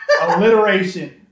Alliteration